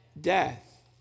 death